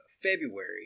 February